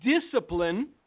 discipline